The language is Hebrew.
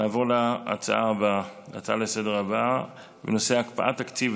נעבור להצעות הבאות לסדר-היום: הקפאת תקציב